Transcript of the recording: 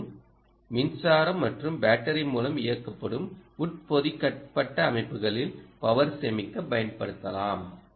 மேலும் மின்சாரம் மற்றும் பேட்டரி மூலம் இயக்கப்படும் உட்பொதிக்கப்பட்ட அமைப்புகளில் பவர் சேமிக்க பயன்படுத்தலாம்